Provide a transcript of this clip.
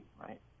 right